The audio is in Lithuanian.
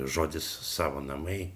žodis savo namai